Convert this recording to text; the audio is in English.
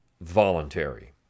voluntary